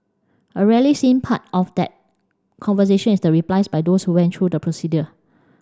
a rarely seen part of that conversation is the replies by those who went through the procedure